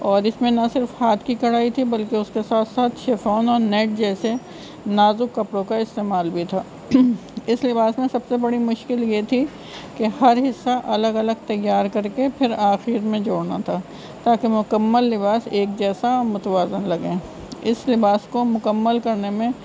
اور اس میں نہ صرف ہاتھ کی کڑھائی تھی بلکہ اس کے ساتھ ساتھ شفون اور نیٹ جیسے نازک کپڑوں کا استعمال بھی تھا اس لباس میں سب سے بڑی مشکل یہ تھی کہ ہر حصہ الگ الگ تیار کر کے پھر آخر میں جوڑنا تھا تا کہ مکمل لباس ایک جیسا متوازن لگیں اس لباس کو مکمل کرنے میں